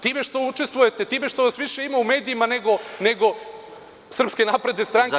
Time što učestvujete, time što vas više ima u medijima nego Srpske napredne stranke.